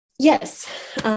Yes